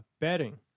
betting